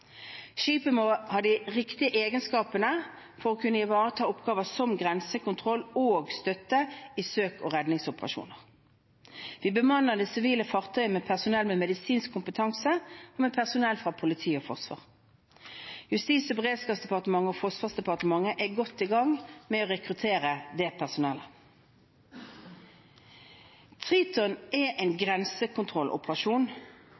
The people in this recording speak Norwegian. Skipet må ha de riktige egenskapene for å kunne ivareta oppgaver som grensekontroll og støtte i søk- og redningsoperasjoner. Vi bemanner det sivile fartøyet med personell med medisinsk kompetanse og med personell fra politiet og Forsvaret. Justis- og beredskapsdepartementet og Forsvarsdepartementet er godt i gang med å rekruttere det personellet. Triton er en grensekontrolloperasjon,